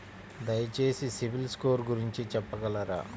దయచేసి సిబిల్ స్కోర్ గురించి చెప్పగలరా?